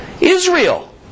Israel